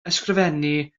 ysgrifennu